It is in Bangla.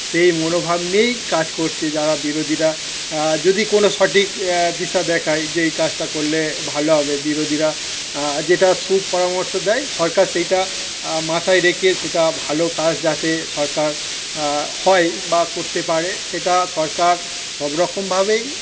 সেই মনোভাব নিয়েই কাজ করছে যারা বিরোধীরা যদি কোনো সঠিক দিশা দেখায় যে এই কাজটা করলে ভালো হবে বিরোধীরা যেটা সুপরামর্শ দেয় সরকার সেইটা মাথায় রেখে সেটা ভালো কাজ যাতে সরকার হয় বা করতে পারে সেটা সরকার সব রকমভাবেই